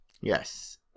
Yes